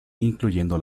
incluyendo